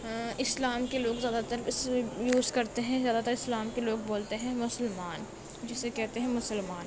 اسلام کے لوگ زیادہ تر اسے یوز کرتے ہیں زیادہ اسلام کے لوگ بولتے ہیں مسلمان جسے کہتے ہیں مسلمان